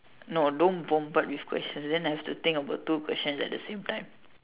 no don't bombard with questions then I'll have to think about two questions at the same time